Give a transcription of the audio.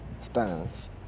stance